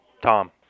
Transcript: Tom